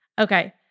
Okay